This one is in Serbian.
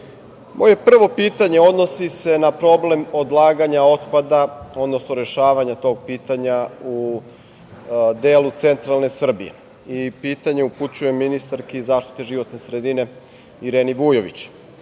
moje prvo pitanje odnosi se na problem odlaganja otpada, odnosno rešavanja tog pitanja u delu Centralne Srbije. Pitanje upućujem ministarki zaštite životne sredine, Ireni Vujović. Naime,